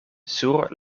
sur